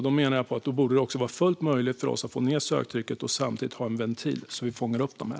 Då menar jag att det borde vara fullt möjligt för oss att få ned söktrycket och samtidigt ha en ventil så att vi fångar upp de här.